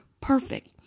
perfect